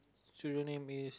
so your name is